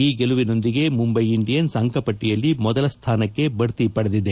ಈ ಗೆಲುವಿನೊಂದಿಗೆ ಮುಂಬೈ ಇಂಡಿಯನ್ಸ್ ಅಂಕ ಪಟ್ಟಿಯಲ್ಲಿ ಮೊದಲ ಸ್ದಾನಕ್ಕೆ ಬದ್ತಿ ಪಡೆದಿದೆ